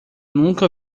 nunca